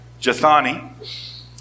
Jathani